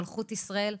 מלכות ישראל.